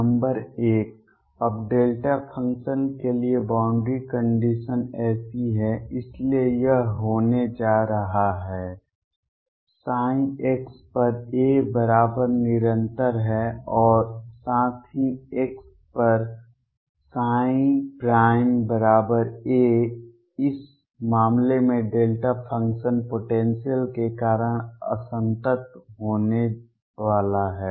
number एक अब delta function के लिए बॉउंड्री कंडीशन ऐसी है इसलिए यह होने जा रहा है ψ x पर a बराबर निरंतर है और साथ ही x पर बराबर a इस मामले में डेल्टा फ़ंक्शन पोटेंसियल के कारण असंतत होने वाला है